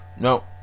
No